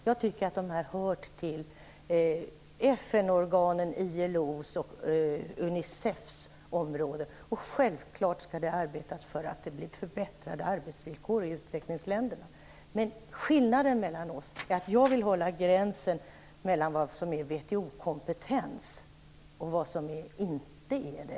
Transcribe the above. Jag tycker att de hör till FN-organen, till ILO:s och Unicefs område. Självklart skall vi arbeta för att man skall få förbättrade arbetsvillkor i utvecklingsländerna. Skillnaden mellan Reynoldh Furustrand och mig är att jag vill hålla gränsen klar mellan vad som är WTO-kompetens och vad som inte är det.